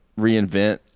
reinvent